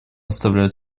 оставляет